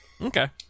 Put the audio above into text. Okay